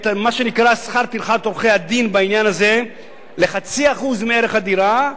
את מה שנקרא שכר טרחת עורכי-הדין בעניין הזה ל-0.5% מערך הדירה,